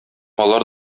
алар